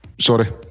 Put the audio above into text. Sorry